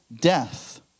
death